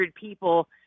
people